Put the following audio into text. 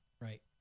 Right